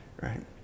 right